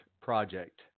project